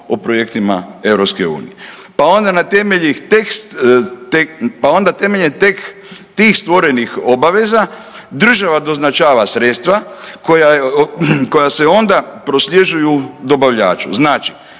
o projektima EU. Pa onda na temelji tekst, pa onda temeljem tih stvorenih obaveza država doznačava sredstva koja se onda prosljeđuju dobavljaču. Znači,